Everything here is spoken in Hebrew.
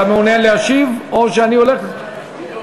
אתה מעוניין להשיב או שאני הולך להצבעה?